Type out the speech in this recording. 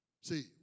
See